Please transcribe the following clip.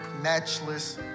matchless